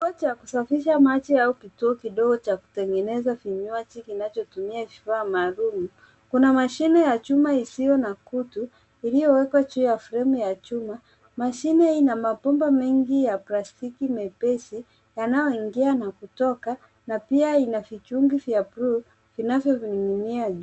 Kituo cha kusafisha maji au kituo cha kutengeneza vinywaji kinacho tumia vifaa maalum. Kuna mashine ya chuma isiyo na kutu iliyo wekwa juu ya fremu ya chuma. Mashine ina mabomba mengi ya plastiki mepesi yanayo ingia na kutoka. Pia ina vichungi vya bluu inavyotumia.